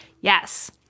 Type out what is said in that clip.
Yes